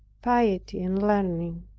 piety and learning,